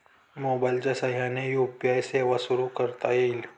मोबाईलच्या साहाय्याने यू.पी.आय सेवा कशी सुरू करता येईल?